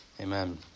amen